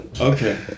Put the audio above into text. okay